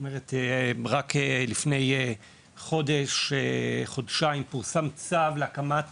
רק לפני חודש, חודשיים, פורסם צו להקמת